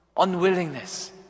Unwillingness